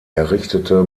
errichtete